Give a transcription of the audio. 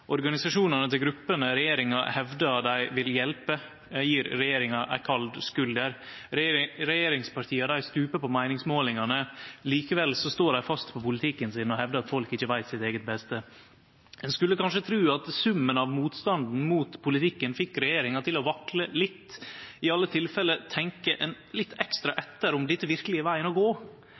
Organisasjonane til gruppene regjeringa hevdar dei vil hjelpe, gjev regjeringa ei kald skulder, og regjeringspartia stuper på meiningsmålingane. Likevel står dei fast på politikken sin og hevdar at folk ikkje veit sitt eige beste. Ein skulle kanskje tru at summen av motstanden mot politikken fekk regjeringa til å vakle litt, i alle tilfelle tenkje litt ekstra etter om dette verkeleg var vegen å gå,